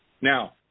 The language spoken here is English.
Now